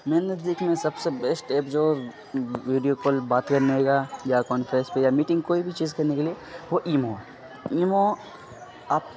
میرے نزدیک میں سب سے بیسٹ ایپ جو ویڈیو کال بات کرنے کا یا کانفریس پہ یا میٹنگ کوئی بھی چیز کرنے کے لیے وہ ایمو ہے ایمو آپ